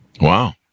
Wow